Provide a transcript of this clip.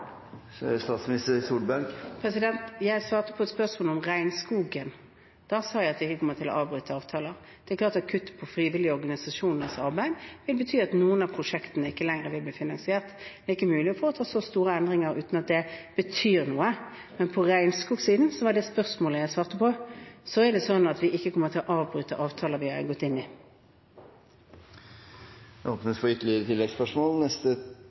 Jeg svarte på et spørsmål om regnskogen. Da sa jeg at vi ikke kommer til å avbryte avtaler. Det er klart at kutt i frivillige organisasjoners arbeid vil bety at noen av prosjektene ikke lenger vil bli finansiert. Det er ikke mulig å foreta så store endringer uten at det betyr noe, men på regnskogsiden, som var det jeg svarte på spørsmål om, er det sånn at vi ikke kommer til å avbryte avtaler vi har gått inn i.